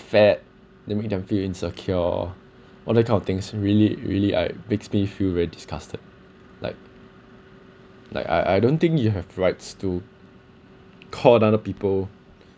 fat that make them feel insecure all that kind of things really really I makes me feel very disgusted like like I I don't think you have rights to call another people